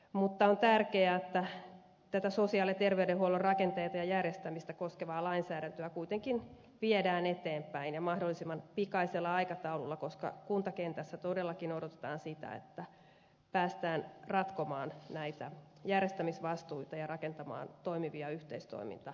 mutta on tärkeää että tätä sosiaali ja terveydenhuollon rakenteita ja järjestämistä koskevaa lainsäädäntöä kuitenkin viedään eteenpäin ja mahdollisimman pikaisella aikataululla koska kuntakentässä todellakin odotetaan sitä että päästään ratkomaan näitä järjestämisvastuita ja rakentamaan toimivia yhteistoiminta alueita